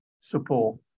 Support